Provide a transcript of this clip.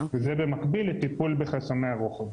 וזה במקביל לטיפול בחסמי הרוחב.